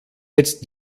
jetzt